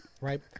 right